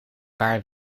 paar